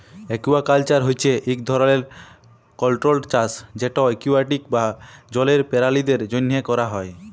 aquaculture হছে ইক ধরলের কল্ট্রোল্ড চাষ যেট একুয়াটিক বা জলের পেরালিদের জ্যনহে ক্যরা হ্যয়